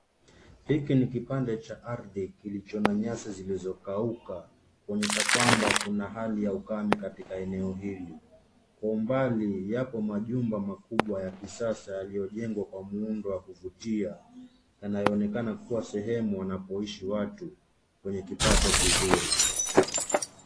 Hiki ni kipande cha ardhi kilicho na nyasi zilizokauka, kuonyesha kwamba kuna hali ya ukame katika eneo hili. Kwa umbali yapo majumba makubwa ya kisasa yaliyojengwa kwa muundo wa kuvutia, yanayoonekana kua sehemu wanapoishi watu wenye kipato kizuri.